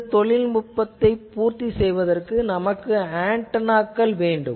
இந்த தொழில்நுட்பத்தைப் பூர்த்தி செய்வதற்கு நமக்கு ஆன்டெனாக்கள் வேண்டும்